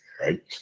right